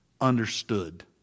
understood